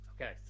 Okay